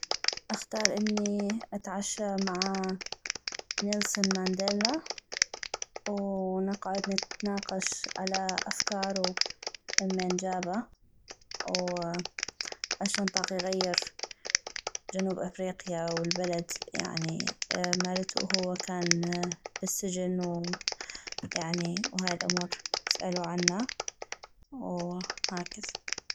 اختار اني اتعشى مع نلسون مانديلا ونقعد نتناقش على أفكارو امين جابه واشون طاق يغير جنوب أفريقيا البلد مالتو وهو كان بالسجن يعني وهاي الأمور اسالو عنا وهكذ